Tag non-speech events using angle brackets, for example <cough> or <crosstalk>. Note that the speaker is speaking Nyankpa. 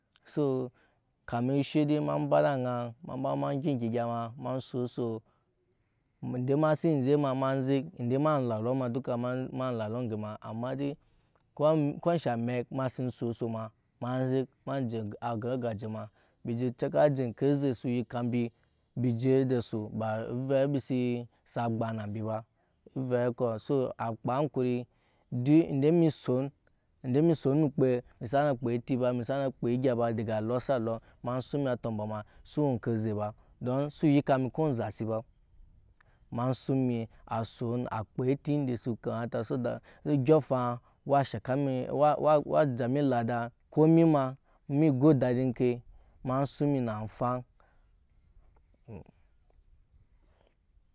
So kami oshede ma ba da aŋa ma ba ma gya enke gya ma-ma soso do mase zek ma-ma zek ede ma lalo ma doka mai ma lalo ge ma ama de ko-ko esha emɛk mase soso ma-ma zek ma je eke agaje ma bi-bi je de su bave bise sa kpana bi ba ove ko so akpa kori dok ede mii son ede mii son no kpe misa kpa eti ba mii sana kpe egya ba deke alose alo ma suŋ mii atoboma so we ke ze ba domi so yika mii ko ezasi ba ma suŋ mii ason a kpe eti ede su kamata so dat odyoŋ afaŋ wa sha mii wa-wa je mii lada ko mii ma mii go dadi ke ma suŋ mii na afaŋ <hesitation>